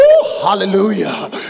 hallelujah